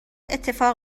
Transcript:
اتفاق